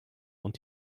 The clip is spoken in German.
und